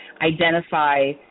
identify